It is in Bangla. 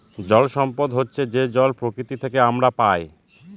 জল সম্পদ হচ্ছে যে জল প্রকৃতি থেকে আমরা পায়